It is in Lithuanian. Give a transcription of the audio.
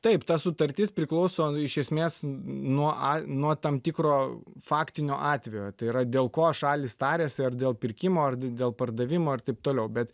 taip ta sutartis priklauso iš esmės nuo a nuo tam tikro faktinio atvejo tai yra dėl ko šalys tariasi ar dėl pirkimo ar dėl pardavimo ir taip toliau bet